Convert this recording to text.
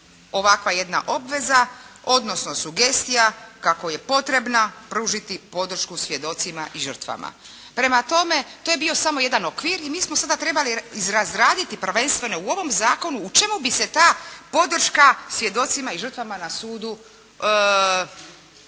ovakva jedna obveza odnosno sugestija kako je potrebno pružiti podršku svjedocima i žrtvama. Prema tome to je bio samo jedan okvir i mi smo sada trebali razraditi prvenstveno u ovom zakonu u čemu bi se ta podrška svjedocima i žrtvama na sudu obistinila